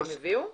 והם הביאו?